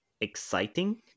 exciting